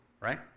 right